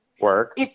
work